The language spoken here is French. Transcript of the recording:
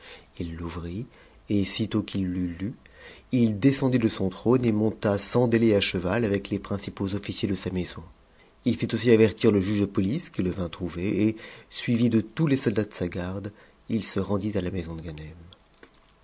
il l'ouvrit et sitôt qu'il l'eut lue il descendit de son trône et monta sans délai à cheval avec les principaux officiers de sa maison il ni aussi avertir le juge de police qui le vint trouver et suivi de tous les soldats de sa garde il se rendit à la maison de ganem